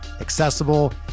accessible